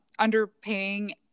underpaying